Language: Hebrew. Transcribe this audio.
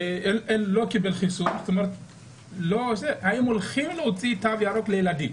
לא קיבל חיסון, האם הולכים להוציא תו ירוק לילדים.